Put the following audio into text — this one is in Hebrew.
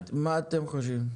מה אתם חושבים?